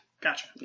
Gotcha